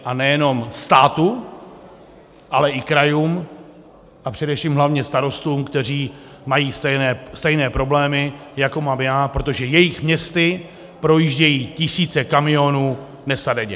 A nejenom státu, ale i krajům a především hlavně starostům, kteří mají stejné problémy, jako mám já, protože jejich městy projíždějí tisíce kamionů dnes a denně.